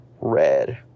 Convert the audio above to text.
Red